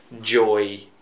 joy